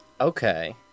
Okay